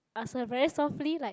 ask her very softly like